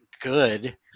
good